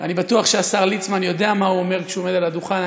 אני בטוח שהשר ליצמן יודע מה הוא אומר כשהוא עומד על הדוכן.